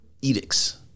edicts